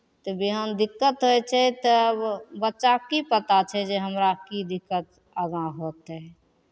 तऽ विहान दिक्कत होइ छै तब बच्चाके की पता छै जे हमरा की दिक्कत आगाँ होतै